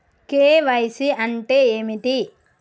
KYC అంటే ఏమిటి?